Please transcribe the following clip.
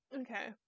okay